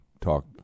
talk